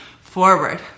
forward